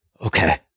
okay